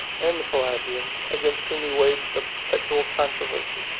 and the pelagians, against whom he waged a perpetual controversy.